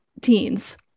teens